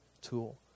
tool